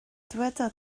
dyweda